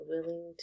willing